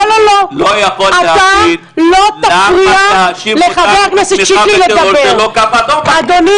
אני לא יכול להבין למה להאשים אותנו בתמיכה בטרור זה לא קו אדום בכנסת.